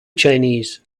chinese